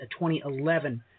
2011